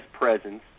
presence